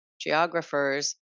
geographers